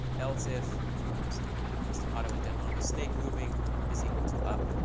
else if whoops, and and it wants to auto-indent on me snakemoving is equal to up,